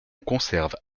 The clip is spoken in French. conserve